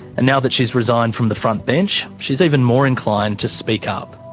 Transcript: and now that she's resigned from the frontbench, she's even more inclined to speak up.